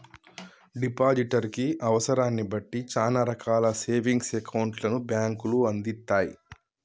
depositor కి అవసరాన్ని బట్టి చానా రకాల సేవింగ్స్ అకౌంట్లను బ్యేంకులు అందిత్తయ్